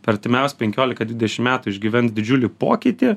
per artimiausius penkiolika dvidešim metų išgyvens didžiulį pokytį